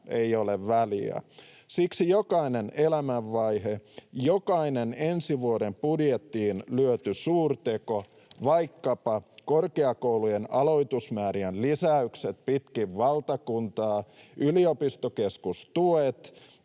ei ole väliä. Siksi jokainen elämänvaihe, jokainen ensi vuoden budjettiin lyöty suurteko, vaikkapa korkeakoulujen aloitusmäärien lisäykset pitkin valtakuntaa, yliopistokeskustuet